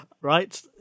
right